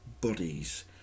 bodies